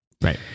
Right